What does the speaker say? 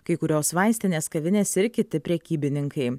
kai kurios vaistinės kavinės ir kiti prekybininkai